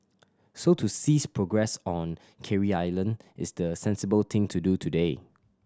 so to cease progress on Carey Island is the sensible thing to do today